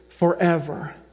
Forever